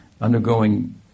undergoing